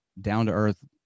down-to-earth